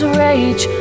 rage